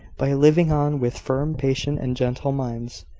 by living on with firm, patient, and gentle minds.